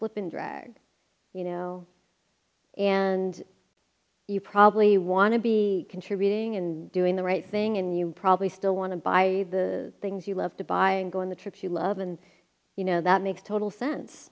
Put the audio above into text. flippin drag you know and you probably want to be contributing and doing the right thing and you probably still want to buy the things you love the buying go on the trip you love and you know that makes total sense